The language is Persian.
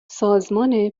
سازمان